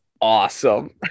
awesome